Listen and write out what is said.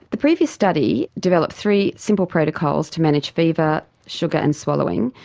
the previous study developed three simple protocols to manage fever, sugar and swallowing,